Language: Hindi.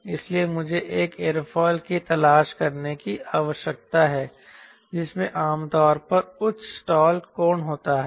इसलिए मुझे एक एयरफॉइल की तलाश करने की आवश्यकता है जिसमें आमतौर पर उच्च स्टाल कोण होता है